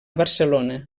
barcelona